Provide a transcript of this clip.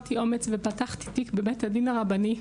כשאזרתי אומץ ופתחתי תיק בבית הדין הרבני,